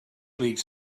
leagues